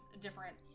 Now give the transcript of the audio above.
different